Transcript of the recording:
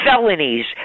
felonies